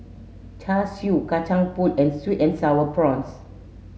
char siu kacang pool and sweet and sour prawns